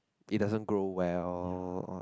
it doesn't grow well on